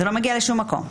זה לא מגיע לשום מקום.